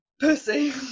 pussy